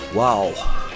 Wow